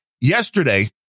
Yesterday